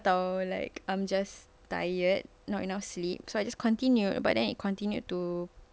[tau] like I'm just tired not enough sleep so I just continued but then it continued to